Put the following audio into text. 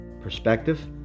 perspective